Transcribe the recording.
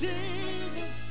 Jesus